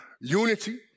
Unity